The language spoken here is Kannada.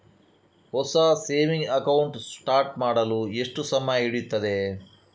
ಹೊಸ ಸೇವಿಂಗ್ ಅಕೌಂಟ್ ಸ್ಟಾರ್ಟ್ ಮಾಡಲು ಎಷ್ಟು ಸಮಯ ಹಿಡಿಯುತ್ತದೆ?